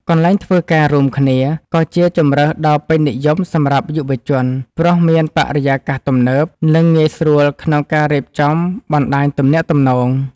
កន្លែងធ្វើការរួមគ្នា ក៏ជាជម្រើសដ៏ពេញនិយមសម្រាប់យុវជន ព្រោះមានបរិយាកាសទំនើប និងងាយស្រួលក្នុងការរៀបចំបណ្តាញទំនាក់ទំនង។